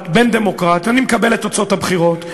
דמוקרט בן דמוקרט, ואני מקבל את תוצאות הבחירות.